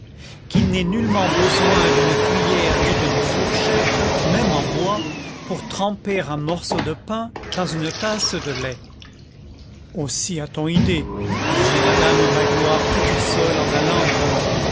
qu'il n'est nullement besoin d'une cuiller ni d'une fourchette même en bois pour tremper un morceau de pain dans une tasse de lait aussi a-t-on idée disait madame magloire toute seule en allant et venant